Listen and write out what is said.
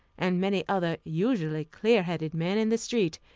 and many other usually clear-headed men, in the street,